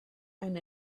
and